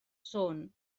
són